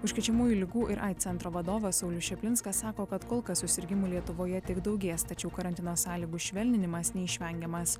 užkrečiamųjų ligų ir aids centro vadovas saulius čaplinskas sako kad kol kas susirgimų lietuvoje tik daugės tačiau karantino sąlygų švelninimas neišvengiamas